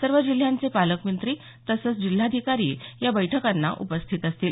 सर्व जिल्ह्यांचे पालकमंत्री तसंच जिल्हाधिकारी या बैठकांना उपस्थित असतील